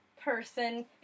person